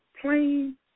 plain